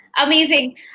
amazing